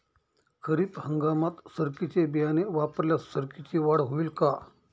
खरीप हंगामात सरकीचे बियाणे वापरल्यास सरकीची वाढ होईल का?